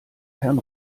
herrn